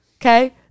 okay